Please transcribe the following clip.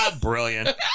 Brilliant